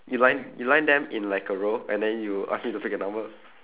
you line you line them in like a row and then you ask me to take a number